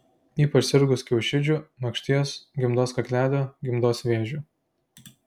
ypač sirgus kiaušidžių makšties gimdos kaklelio gimdos vėžiu